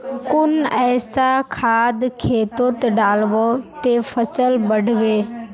कुन ऐसा खाद खेतोत डालबो ते फसल बढ़बे?